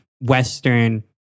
Western